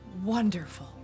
wonderful